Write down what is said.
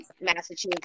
Massachusetts